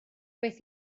beth